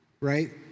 right